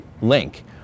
link